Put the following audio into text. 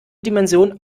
dimension